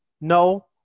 No